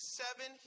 seven